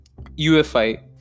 UFI